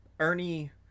ernie